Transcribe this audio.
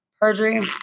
perjury